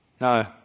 No